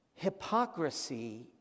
hypocrisy